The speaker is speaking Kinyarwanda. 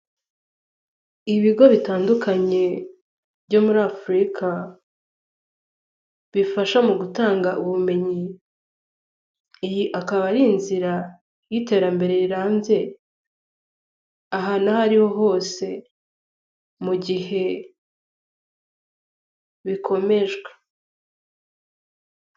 Ibigo bitandukanye byo muri Afurika, bifasha mu gutanga ubumenyi, iyi akaba ari inzira y'iterambere rirambye, ahantu aho ariho hose mu gihe bikomejwe.